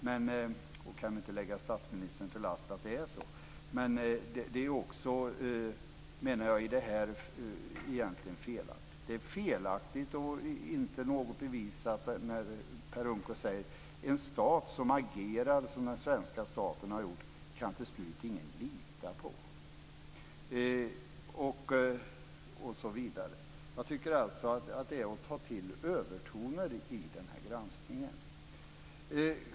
Man kan inte lägga statsministern det till last. Det är felaktigt och inte alls bevisat, det som Per Unckel säger att en stat som agerar som den svenska staten har gjort kan till slut ingen lita på. Det är att ta till övertoner i granskningen.